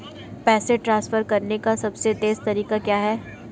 पैसे ट्रांसफर करने का सबसे तेज़ तरीका क्या है?